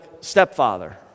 stepfather